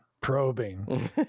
probing